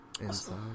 Inside